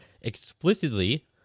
explicitly